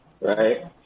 Right